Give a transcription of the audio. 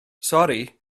sori